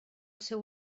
seu